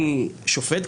אני שופט,